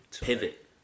pivot